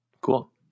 Cool